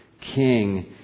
king